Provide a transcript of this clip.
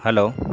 hello